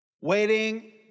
Waiting